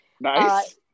Nice